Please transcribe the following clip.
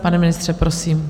Pane ministře, prosím.